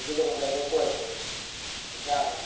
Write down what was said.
किदें म्हणटा तें पळय तर तूं अशें आसा